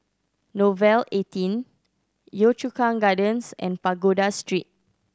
Nouvel eighteen Yio Chu Kang Gardens and Pagoda Street